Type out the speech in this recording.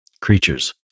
creatures